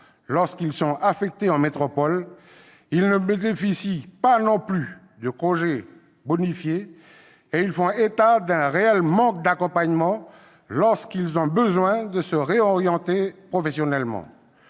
lorsqu'ils sont affectés en métropole. Ils ne bénéficient pas non plus des congés bonifiés, et ils font état d'un réel manque d'accompagnement lorsqu'ils ont besoin de se réorienter professionnellement.